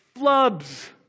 flubs